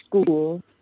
school